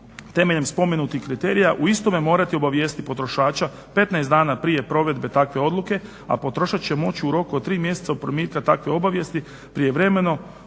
temeljem spomenutih kriterija o istome morati obavijestiti potrošača 15 dana prije provedbe takve odluke, a potrošač će moći u roku od tri mjeseca primitka takve obavijesti prijevremeno otplatiti